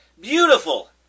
Beautiful